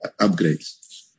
upgrades